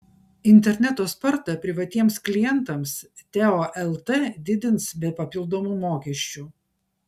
interneto spartą privatiems klientams teo lt didins be papildomų mokesčių